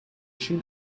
schien